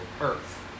earth